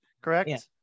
correct